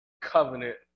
covenant